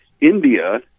India